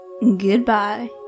Goodbye